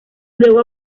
luego